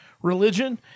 Religion